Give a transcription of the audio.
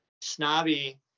snobby